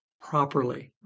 properly